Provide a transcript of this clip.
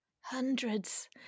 Hundreds